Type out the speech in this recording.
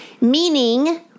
Meaning